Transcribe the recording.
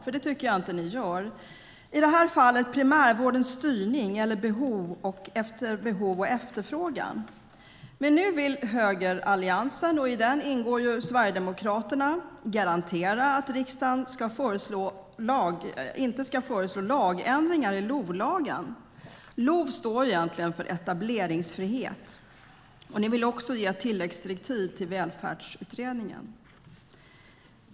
I det här fallet gäller det primärvårdens styrning efter behov och efterfrågan. Högeralliansen, som Sverigedemokraterna ingår i, vill garantera att riksdagen inte ska föreslå ändringar i LOV. LOV står egentligen för etableringsfrihet. Man vill också ge ett tilläggsdirektiv till Välfärdsutredningen.